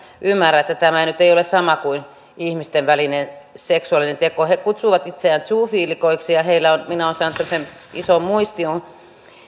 että tämä nyt ei ole sama kuin ihmisten välinen seksuaalinen teko he kutsuvat itseään zoofiilikoiksi ja ja he minä olen saanut tämmöisen ison muistion